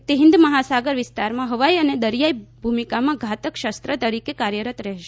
તે હિન્દ મહાસાગર વિસ્તારમાં હવાઇ અને દરિયાઇ ભૂમિકામાં ઘાતક શસ્ત્ર તરીકે કાર્યરત રહેશે